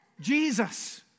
Jesus